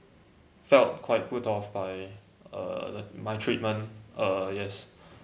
felt quite rude of by uh my treatment uh yes